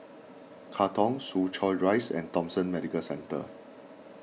Katong Soo Chow Rise and Thomson Medical Centre